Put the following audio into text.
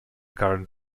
current